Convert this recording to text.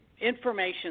information